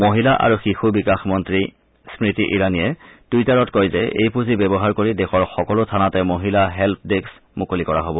মহিলা আৰু শিশু বিকাশ মন্ত্ৰী স্মতি ইৰাণীয়ে টুইটাৰত কয় যে এই পুঁজি ব্যৱহাৰ কৰি দেশৰ সকলো থানাতে মহিলা হেন্ন ডেস্ক মুকলি কৰা হব